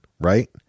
right